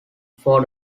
four